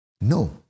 No